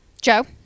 Joe